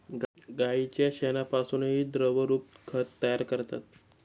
गाईच्या शेणापासूनही द्रवरूप खत तयार करतात